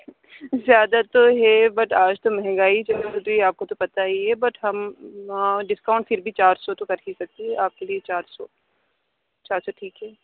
زیادہ تو ہے بٹ آج تو مہنگائی چل رہی ہے آپ کو تو پتا ہی ہے بٹ ہم ہاں ڈسکاؤنٹ پھر بھی چار سو تو کر ہی سکتے ہیں آپ کے لیے چار سو چار سو ٹھیک ہے